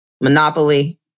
Monopoly